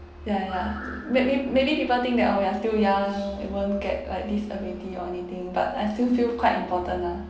ya ya maybe maybe people think that orh we are still young you won't get like disability or anything but I still feel quite important lah